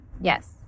yes